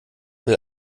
will